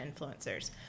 influencers